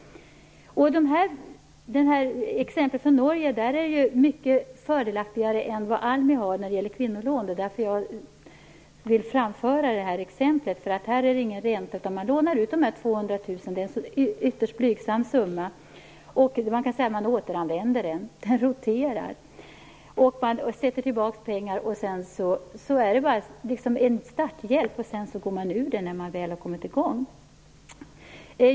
Jag tog upp ett exempel från Norge. Det är mycket mer fördelaktigt än ALMI när det gäller lån till kvinnor. Därför ville jag framföra det exemplet. Det handlar inte om någon ränta. Man lånar ut 200 000 - det är alltså en ytterst blygsam summa. Man kan säga att man återanvänder den. Den roterar. Man sätter tillbaka pengar. Det är som en starthjälp. När man väl har kommit igång går man ur det här nätverket.